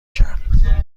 کرد